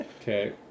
Okay